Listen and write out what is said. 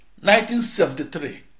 1973